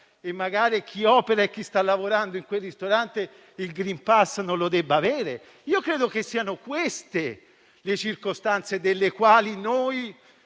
e magari chi opera e sta lavorando in quel ristorante il *green pass* non lo deve avere. Credo siano queste le circostanze delle quali noi,